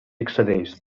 accedeix